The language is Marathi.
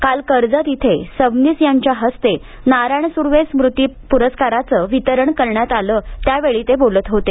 काल कर्जत इथे सबनीस यांच्या हस्ते नारायण सुर्वे स्मृती पुरस्कारांचं वितरण करण्यात आलं त्यावेळी ते बोलत होते